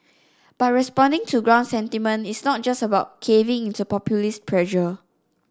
but responding to ground sentiment is not just about caving into populist pressure